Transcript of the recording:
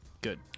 Good